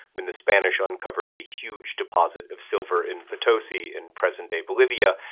when the spanish uncovered a huge deposit of silver in potosi, in present day bolivia,